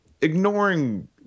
ignoring